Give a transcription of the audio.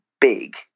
big